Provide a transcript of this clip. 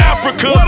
Africa